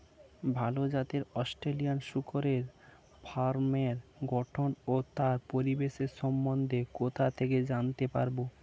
ভাল জাতের অস্ট্রেলিয়ান শূকরের ফার্মের গঠন ও তার পরিবেশের সম্বন্ধে কোথা থেকে জানতে পারবো?